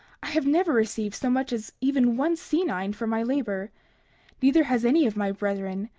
i have never received so much as even one senine for my labor neither has any of my brethren,